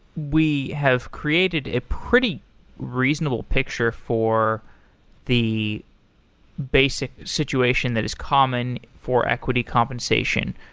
we have created a pretty reasonable picture for the basic situation that is common for equity compensation.